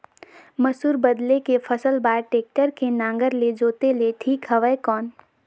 मसूर बदले के फसल बार टेक्टर के नागर ले जोते ले ठीक हवय कौन?